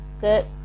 Good